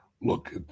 look